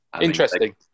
Interesting